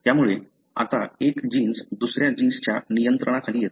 त्यामुळे आता एक जीन्स दुसऱ्या जीन्सच्या नियंत्रणाखाली येतो